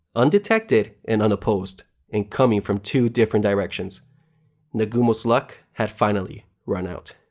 undetected and unopposed, and coming from two different directions nagumo's luck had finally run out.